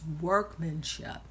workmanship